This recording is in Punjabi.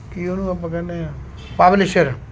ਕੀ ਉਹਨੂੰ ਆਪਾਂ ਕਹਿੰਦੇ ਹਾਂ ਪਬਲਿਸ਼ਰ